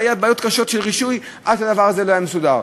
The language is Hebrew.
והיו בעיות קשות של רישוי עד שהדבר הזה היה מסודר.